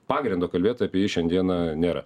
pagrindo kalbėt apie jį šiandieną nėra